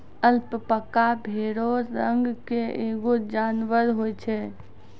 alpaca भेड़ो रंग के एगो जानबर होय छै